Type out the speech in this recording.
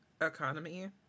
economy